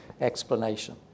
explanation